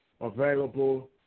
Available